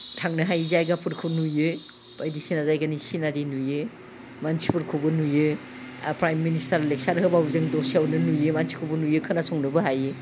थांनो हायि जायगाफोरखौ नुयो बायदिसिना जायगानि सिनारि नुयो मानसिफोरखौबो नुयो प्राइम मिनिस्टार लेकचार होब्लाबो जों दसेयावनो नुयो मानसिखौबो नुयो खोनासंनोबो हायो